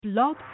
Blog